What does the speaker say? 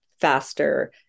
faster